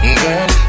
girl